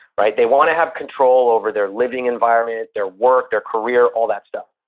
right? they want to have control over their living environment, their work, their career, all that stuff.